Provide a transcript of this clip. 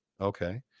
okay